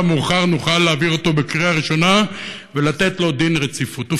המאוחר נוכל להעביר אותו בקריאה ראשונה ולהחיל עליו דין רציפות.